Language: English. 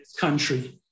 country